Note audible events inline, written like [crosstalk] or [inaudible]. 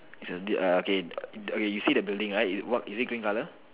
it's a uh okay [noise] okay you see the building right what is it green colour